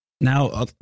Now